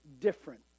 different